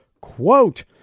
Quote